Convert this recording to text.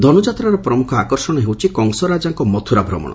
ଧନୁଯାତ୍ରା ପ୍ରମୁଖ ଆକର୍ଷଣ ହେଉଛି କଂସ ରାଜାଙ୍କ ମଥୁରା ଭ୍ରମଶ